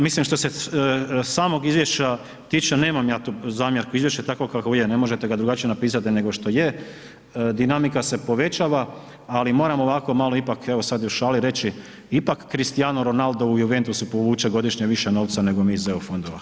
Mislim što se samog izvješća tiče, nemam ja tu zamjerku, izvješće je takvo kakvo je, ne možete ga drugačije napisati nego što je, dinamika se povećava, ali moram ovako malo ipak evo sad i u šali reći, ipak Christiano Ronaldo u Juventusu povuče godišnje više novca nego mi iz EU fondova.